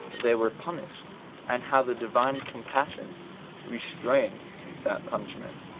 they were punished and how the divine compassion restrained that punishment.